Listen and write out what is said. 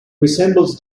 resembles